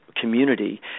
community